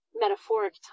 metaphoric